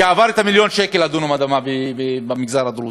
כי עברנו את מיליון השקל לדונם אדמה במגזר הדרוזי.